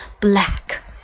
Black